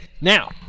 Now